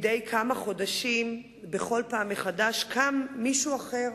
מדי כמה חודשים, בכל פעם מחדש, קם מישהו אחר